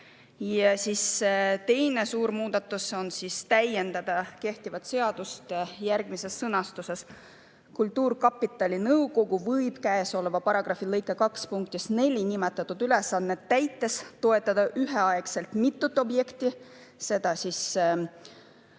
objekti". Teine suur muudatus on täiendada kehtivat seadust järgmises sõnastuses: "Kultuurkapitali nõukogu võib käesoleva paragrahvi lõike 2 punktis 4 nimetatud ülesannet täites toetada üheaegselt mitut objekti (Seda kuni